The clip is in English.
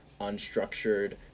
unstructured